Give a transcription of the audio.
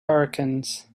hurricanes